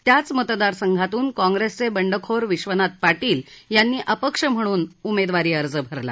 त्याच मतदारसंघातून काँग्रेसचे बंडखोर विश्वनाथ पाटील यांनी अपक्ष म्हणून उमेदवारी अर्ज भरला